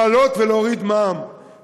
לעלות ולהוריד מע"מ,